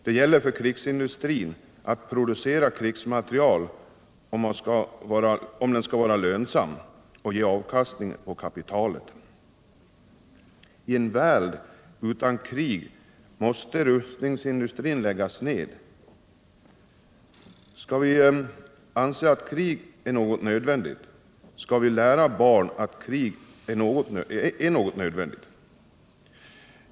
Det gäller för krigsindustrin att producera krigsmateriel om den skall vara lönsam och ge avkastning på kapitalet. I en värld utan krig måste rustningsindustrin läggas ner. Skall vi anse att krig är något nödvändigt? Skall vi lära våra barn att krig är något nödvändigt?